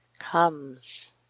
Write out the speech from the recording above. comes